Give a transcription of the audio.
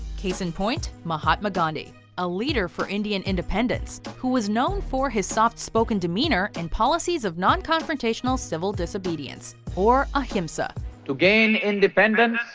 case in point, mahatma gandhi a leader for indian independence who is known for his soft spoken demeanour and policies of non-confrontational civil disobedience, or ahimsa to gain independence,